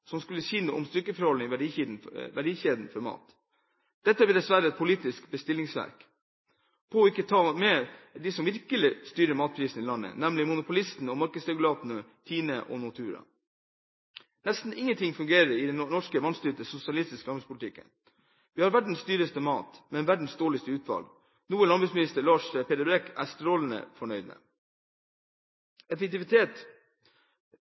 som skulle si noe om styrkeforholdene i verdikjeden for mat. Dette ble dessverre et politisk bestillingsverk der man ikke tok med dem som virkelig styrer matprisene i landet, nemlig monopolistene og markedsregulatorene Tine og Nortura. Nesten ingenting fungerer i den norske vanstyrte, sosialistiske landbrukspolitikken. Vi har verdens dyreste mat, med verdens dårligste utvalg, noe landbruksminister Lars Peder Brekk er strålende fornøyd